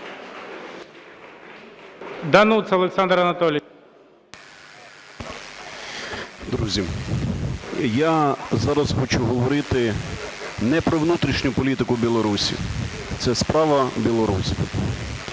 Друзі, я зараз хочу говорити не про внутрішню політику в Білорусі – це справа білорусів,